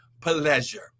pleasure